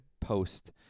post